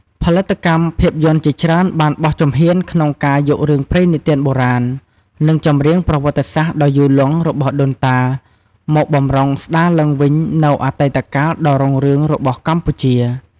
ផលិតកម្មភាពយន្តជាច្រើនបានបោះជំហានក្នុងការយករឿងព្រេងនិទានបុរាណ និងចម្រៀងប្រវត្តិសាស្ត្រដ៏យូរលង់របស់ដូនតា មកបម្រុងស្ដារឡើងវិញនូវអតីតកាលដ៏រុងរឿងរបស់កម្ពុជា។